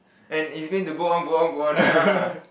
and it's mean to go on go on go on